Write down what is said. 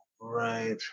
right